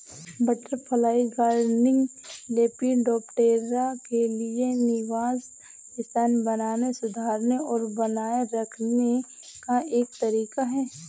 butterfly gardening, lepidoptera के लिए निवास स्थान बनाने, सुधारने और बनाए रखने का एक तरीका है